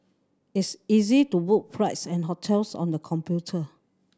it's easy to book flights and hotels on the computer